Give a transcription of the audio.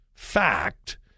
fact